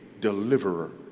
deliverer